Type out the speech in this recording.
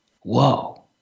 whoa